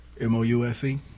M-O-U-S-E